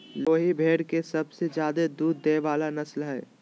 लोही भेड़ के सबसे ज्यादे दूध देय वला नस्ल हइ